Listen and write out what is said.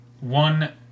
One